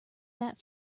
that